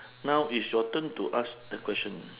now is your turn to ask the question